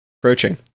approaching